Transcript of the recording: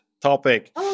topic